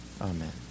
Amen